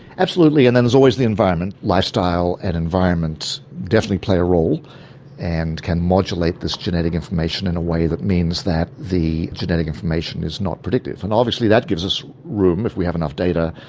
absolutely. and then there's always the environment lifestyle and environment definitely play a role and can modulate this genetic information in a way that means that the genetic information is not predictive. and obviously that gives us room, if we have enough data,